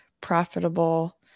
profitable